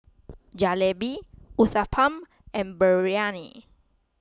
Jalebi Uthapam and Biryani